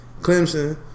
Clemson